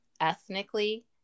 ethnically